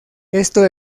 esto